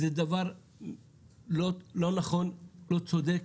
זה דבר לא נכון, לא צודק,